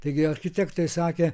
taigi architektai sakė